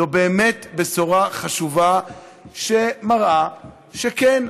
זו באמת בשורה חשובה שמראה שכן,